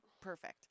Perfect